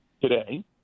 today